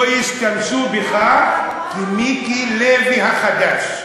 ישתמשו בך כמיקי לוי החדש,